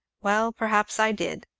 well, perhaps i did,